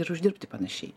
ir uždirbti panašiai